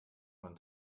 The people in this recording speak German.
man